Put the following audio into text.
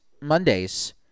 Mondays